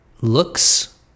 looks